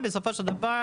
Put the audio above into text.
בסופו של דבר,